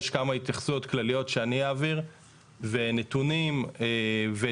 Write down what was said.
יש כמה התייחסויות כלליות שאני אעביר ונתונים ואת